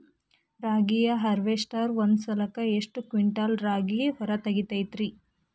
ರಾಗಿಯ ಹಾರ್ವೇಸ್ಟರ್ ಒಂದ್ ಸಲಕ್ಕ ಎಷ್ಟ್ ಕ್ವಿಂಟಾಲ್ ರಾಗಿ ಹೊರ ತೆಗಿತೈತಿ?